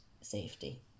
safety